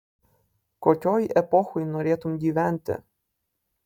kokioj epochoj norėtum gyventi